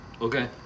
Okay